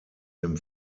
dem